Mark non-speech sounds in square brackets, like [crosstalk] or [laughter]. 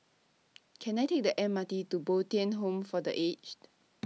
[noise] Can I Take The M R T to Bo Tien Home For The Aged [noise]